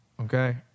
okay